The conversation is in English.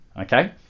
Okay